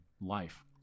life